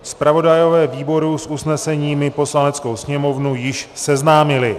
Zpravodajové výboru s usneseními Poslaneckou sněmovnu již seznámili.